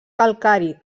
calcari